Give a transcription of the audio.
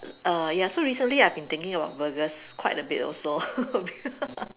err ya so recently I've been thinking about burgers quite a bit also